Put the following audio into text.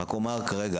רק אומר כרגע,